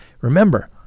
Remember